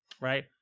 right